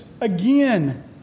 again